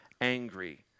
angry